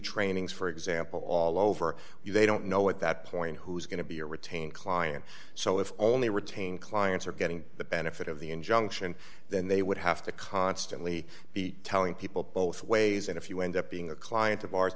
trainings for example all over you they don't know at that point who's going to be a retained client so if only retained clients are getting the benefit of the injunction then they would have to constantly be telling people both ways and if you end up being a client of